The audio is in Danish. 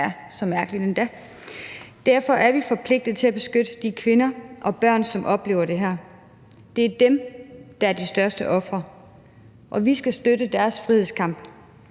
Derfor er vi forpligtet til at beskytte de kvinder og børn, som oplever det her. Det er dem, der er de største ofre, og vi skal støtte deres frihedskamp.